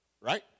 right